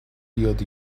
بیاد